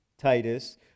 Titus